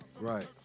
Right